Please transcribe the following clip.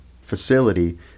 facility